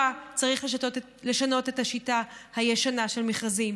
צריך לשנות את השיטה הישנה של מכרזים.